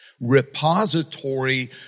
repository